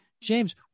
james